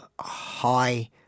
high